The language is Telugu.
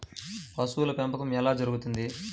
పశువుల పెంపకం ఎలా జరుగుతుంది?